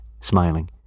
smiling